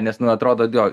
nes nu atrodo jo